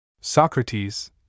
Socrates